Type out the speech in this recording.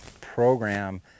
program